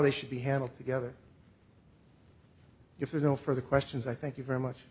they should be handled together if there's no further questions i thank you very much